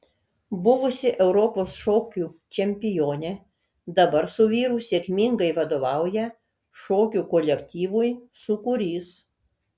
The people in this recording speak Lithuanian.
buvusi europos šokių čempionė dabar su vyru sėkmingai vadovauja šokių kolektyvui sūkurys